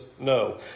No